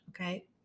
Okay